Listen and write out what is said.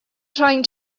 trying